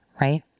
Right